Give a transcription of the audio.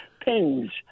pins